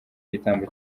igitambo